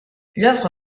l’œuvre